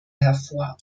hervor